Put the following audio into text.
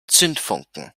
zündfunken